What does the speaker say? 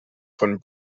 von